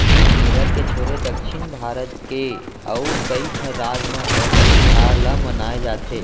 केरल के छोरे दक्छिन भारत के अउ कइठन राज म ओनम तिहार ल मनाए जाथे